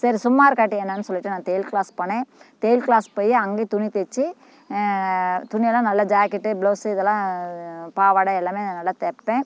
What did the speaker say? சரி சும்மா இருக்ககாட்டி என்னென்னு சொல்லிவிட்டு நான் தையல் கிளாஸ் போனேன் தையல் கிளாஸ் போய் அங்கேயும் துணி தைச்சி துணியெல்லாம் நல்லா ஜாக்கெட்டு பிளவுஸு இதுல்லாம் பாவாடை எல்லாமே நான் நல்லா தைப்பேன்